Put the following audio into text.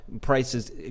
prices